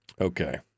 Okay